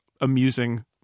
amusing